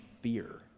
fear